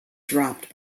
dropped